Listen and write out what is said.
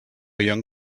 young